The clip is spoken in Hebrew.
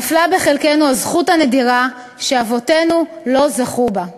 נפלה בחלקנו הזכות הנדירה שאבותינו לא זכו בה.